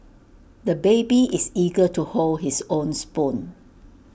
the baby is eager to hold his own spoon